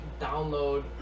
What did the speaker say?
download